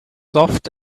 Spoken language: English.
soft